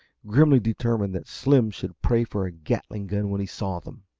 grimly determined that slim should pray for a gatling gun when he saw them.